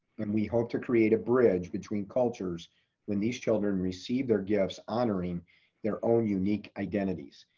and we hope to create a bridge between cultures when these children receive their gifts, honoring their own unique identities.